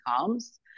comes